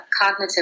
cognitive